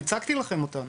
הצגתי לכם אותם,